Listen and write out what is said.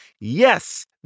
Yes